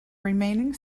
remaining